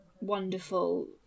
wonderful